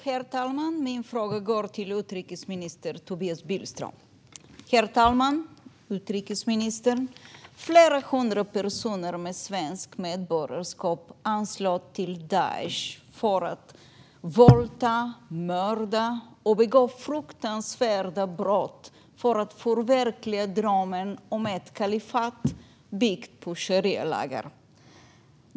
Herr talman! Min fråga går till utrikesminister Tobias Billström. Flera hundra personer med svenskt medborgarskap anslöt sig till Daish för att våldta, mörda och begå fruktansvärda brott för att förverkliga drömmen om ett kalifat byggt på sharialagar.